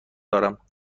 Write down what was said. دارم